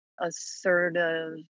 assertive